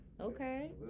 Okay